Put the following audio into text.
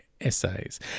essays